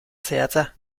zehatza